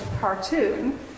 cartoon